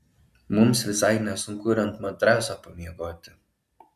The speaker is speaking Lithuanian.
mums visai nesunku ir ant matraso pamiegoti